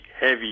heavy